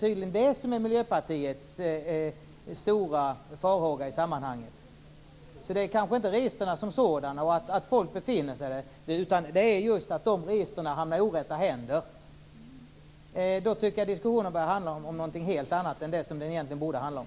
Tydligen är det Miljöpartiets stora farhåga i sammanhanget - inte registren som sådana och att folk befinner sig där, utan att dessa register hamnar i orätta händer. Då tycker jag att diskussionen börjar handla om någonting helt annat än vad den egentligen borde handla om.